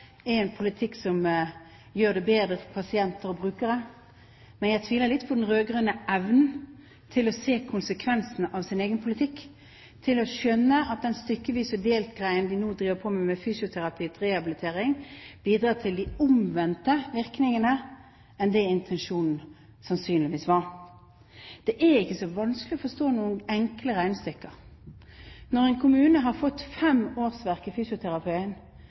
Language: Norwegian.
tviler litt på de rød-grønnes evne til å se konsekvensene av sin egen politikk, evnen til å skjønne at den stykkevis og delt-greien de nå driver på med, med fysioterapi som rehabilitering, bidrar til de omvendte virkningene av det intensjonen sannsynligvis var. Det er ikke så vanskelig å forstå noen enkle regnestykker. Når en kommune har fått fem årsverk i